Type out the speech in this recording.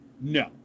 no